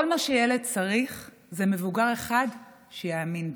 כל מה שילד צריך זה מבוגר אחד שיאמין בו.